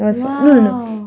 !wow!